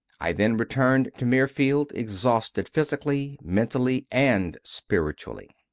i then returned to mirfield, exhausted physically, mentally, and spiritually.